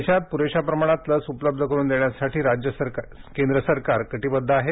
देशात प्रेशा प्रमाणात लस उपलब्ध करून देण्यासाठी सरकार कटिबद्ध आहे